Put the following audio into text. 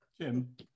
Jim